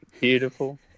Beautiful